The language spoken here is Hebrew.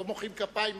לא מוחאים כפיים בכנסת.